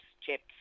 chips